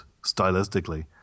stylistically